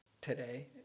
today